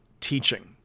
teaching